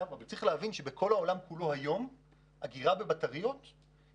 אבל צריך להבין שבכל העולם כולו יש היקף אגירה בבטריות דומה